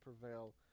prevail